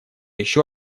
еще